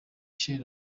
chez